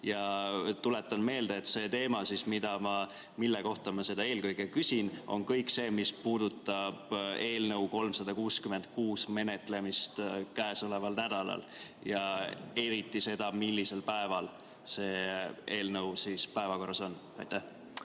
Tuletan meelde, et see teema, mille kohta ma seda eelkõige küsin, on kõik see, mis puudutab eelnõu 366 menetlemist käesoleval nädalal ja eriti seda, millisel päeval see eelnõu päevakorras on. Aitäh!